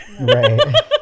Right